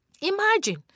Imagine